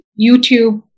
youtube